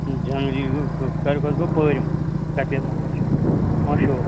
جنری ساروی کھۄتہٕ گوٚو پٲرِم سَفید ماچھ مشہوٗر